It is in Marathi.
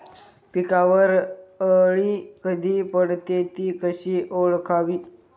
पिकावर अळी कधी पडते, ति कशी ओळखावी?